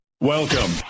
Welcome